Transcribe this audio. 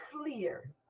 clear